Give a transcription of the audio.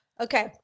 Okay